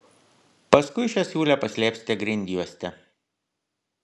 paskui šią siūlę paslėpsite grindjuoste